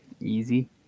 Easy